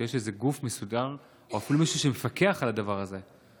או שיש איזה גוף מסודר או אפילו מישהו שמפקח על הדבר הזה?